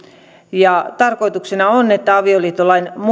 ja tarkoituksena on että avioliittolain